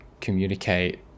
communicate